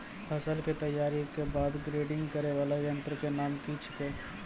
फसल के तैयारी के बाद ग्रेडिंग करै वाला यंत्र के नाम की छेकै?